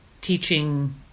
teaching